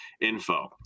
info